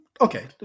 Okay